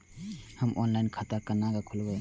हम ऑनलाइन खाता केना खोलैब?